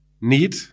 need